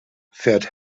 fährt